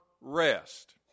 rest